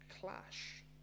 clash